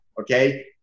Okay